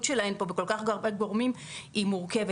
שלהן פה בכל כך הרבה גורמים היא מורכבת.